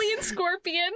scorpion